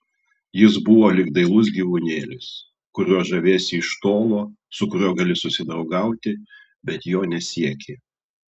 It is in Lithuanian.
jis buvo lyg dailus gyvūnėlis kuriuo žaviesi iš tolo su kuriuo gali susidraugauti bet jo nesieki